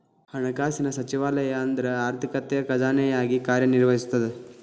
ಹಣಕಾಸು ಸಚಿವಾಲಯ ಅಂದ್ರ ಆರ್ಥಿಕತೆಯ ಖಜಾನೆಯಾಗಿ ಕಾರ್ಯ ನಿರ್ವಹಿಸ್ತದ